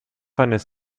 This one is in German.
eines